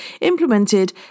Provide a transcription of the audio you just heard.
implemented